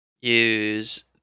use